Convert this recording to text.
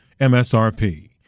MSRP